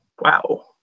Wow